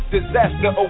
Disaster